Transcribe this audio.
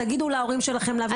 תגידו להורים שלכם להעביר את הכסף".